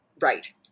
Right